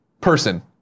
person